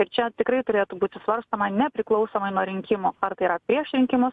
ir čia tikrai turėtų būti svarstoma nepriklausomai nuo rinkimų ar tai yra prieš rinkimus